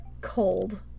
cold